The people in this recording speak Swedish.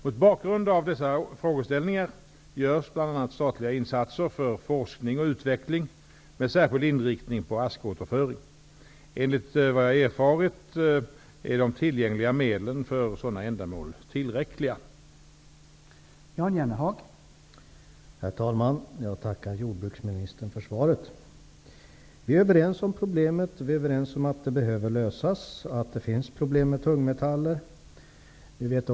Mot bakgrund av dessa frågeställningar görs bl.a. statliga insatser för forskning och utveckling med särskild inriktning på askåterföring. Enligt vad jag erfarit är de tillgängliga medlen för sådana ändamål tillräckliga.